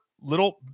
little